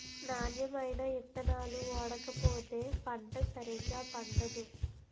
నాణ్యమైన ఇత్తనాలు ఓడకపోతే పంట సరిగా పండదు